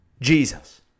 Jesus